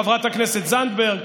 חברת הכנסת זנדברג,